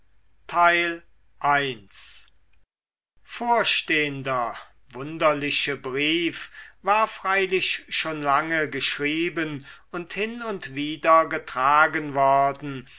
vorstehender wunderliche brief war freilich schon lange geschrieben und hin und wider getragen worden